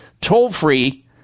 Toll-free